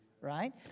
right